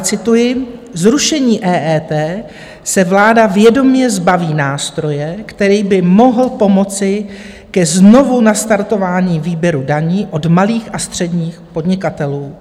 cituji: Zrušením EET se vláda vědomě zbaví nástroje, který by mohl pomoci ke znovunastartování výběru daní od malých a středních podnikatelů.